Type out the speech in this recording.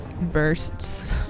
bursts